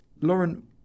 Lauren